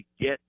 get